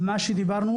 בנוגע למה שדיברנו,